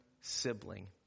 sibling